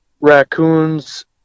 raccoons